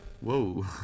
whoa